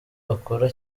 bakora